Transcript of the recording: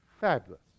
fabulous